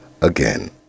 again